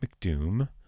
McDoom